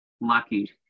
lucky